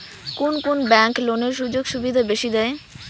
কুন কুন ব্যাংক লোনের সুযোগ সুবিধা বেশি দেয়?